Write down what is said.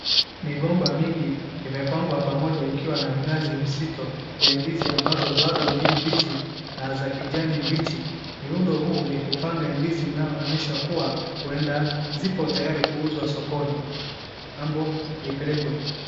Migomba mingi imepangwa pamoja ikiwa na minazi mizito ya ndizi ambazo bado ni mbichi na za kijani mbichi, miundo huu ni kupanga ndizi inayoonyesha kuwa huenda zipo tayari kuuzwa sokoni ama ipelekwe.